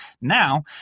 Now